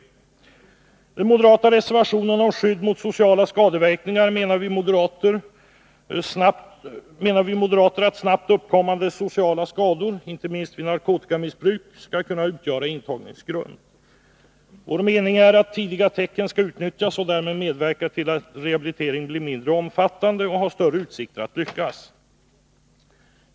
I den moderata reservationen om skydd mot sociala skadeverkningar menar vi moderater att snabbt uppkommande sociala skador, inte minst vid narkotikamissbruk, skall kunna utgöra intagningsgrund. Vår mening är att tidiga tecken skall utnyttjas och därmed medverka till att rehabiliteringen blir mindre omfattande och har större utsikter att lyckas.